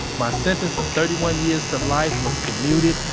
my sentence of thirty one years to life was commuted,